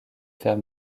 faire